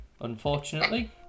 unfortunately